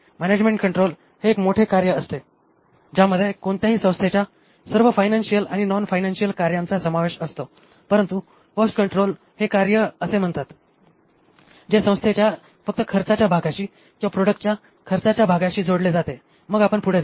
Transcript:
management control हे एक मोठे कार्य आहे ज्यामध्ये कोणत्याही संस्थेच्या सर्व फायनान्शिअल आणि नॉन फायनान्शिअल कार्यांचा समावेश असतो परंतु कॉस्ट कंट्रोल हे कार्य असे म्हणतात जे संस्थेच्या फक्त खर्चाच्या भागाशी किंवा प्रॉडक्टच्या खर्चाच्या भागाशी जोडले जाते मग आपण पुढे जाऊ